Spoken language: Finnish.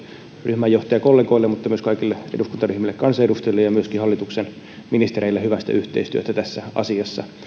ryhmänjohtajakollegoille mutta myös kaikille eduskuntaryhmille ja kansanedustajille ja myöskin hallituksen ministereille hyvästä yhteistyöstä tässä asiassa